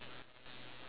uh 来